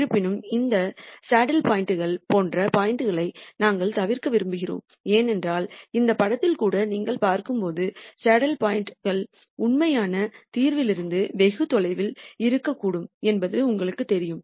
இருப்பினும் இந்த சேடில் பாயிண்ட்கள் போன்ற பாயிண்ட்களை நாங்கள் தவிர்க்க விரும்புகிறோம் ஏனென்றால் இந்த படத்தில் கூட நீங்கள் பார்க்கும்போது சேடில் பாயிண்ட்கள் உண்மையான தீர்விலிருந்து வெகு தொலைவில் இருக்கக்கூடும் என்பது உங்களுக்குத் தெரியும்